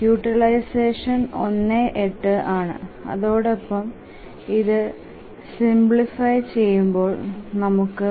utilisation 1 8 ആണ് അതോടൊപ്പം ഇത് സിംപ്ലിഫയ് ചെയുമ്പോൾ നമുക്ക് 0